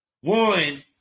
one